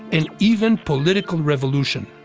and even political revolution.